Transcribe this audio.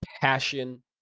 passion